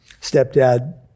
stepdad